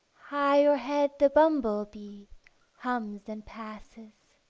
high o'erhead the bumble bee hums and passes.